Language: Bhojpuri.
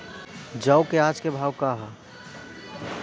जौ क आज के भाव का ह?